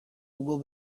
will